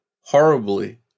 Horribly